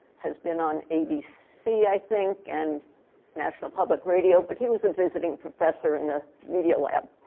has been on abc, i think, and national public radio. but he was a visiting professor and media lab.